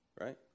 Right